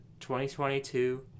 2022